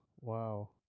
Wow